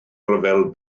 ryfel